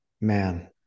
Man